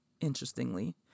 interestingly